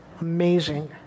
Amazing